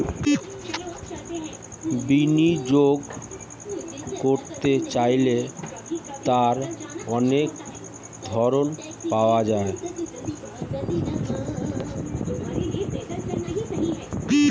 বিনিয়োগ করতে চাইলে তার অনেক ধরন পাওয়া যায়